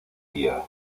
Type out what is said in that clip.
here